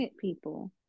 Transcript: people